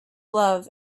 love